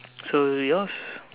so yours